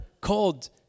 called